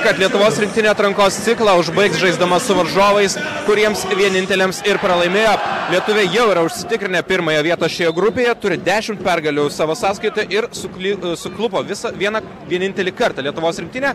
kad lietuvos rinktinė atrankos ciklą užbaigs žaisdama su varžovais kuriems vieninteliams ir pralaimėjo lietuviai jau yra užsitikrinę pirmąją vietą šioje grupėje turi dešimt pergalių savo sąskaita ir sukly suklupo viso vieną vienintelį kartą lietuvos rinktinė